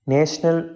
National